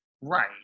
Right